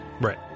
Right